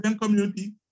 community